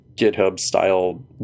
GitHub-style